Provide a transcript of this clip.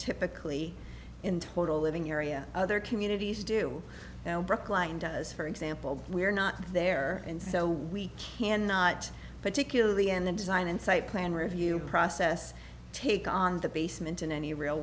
typically in total living area other communities do brookline does for example we are not there and so we cannot particularly in the design and site plan review process take on the basement in any real